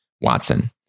Watson